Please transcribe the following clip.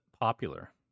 popular